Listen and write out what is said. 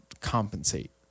compensate